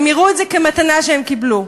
הם יראו את זה כמתנה שהם קיבלו,